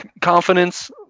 confidence